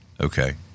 Okay